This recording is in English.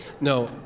No